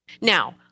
Now